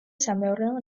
სამეურნეო